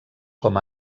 com